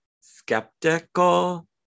skeptical